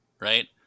right